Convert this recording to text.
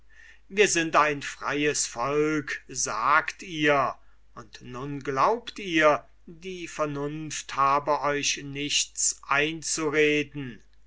wir sind ein freies volk sagt ihr und nun glaubt ihr die vernunft habe euch nichts einzureden